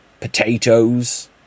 potatoes